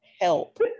help